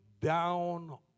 down